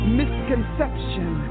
misconception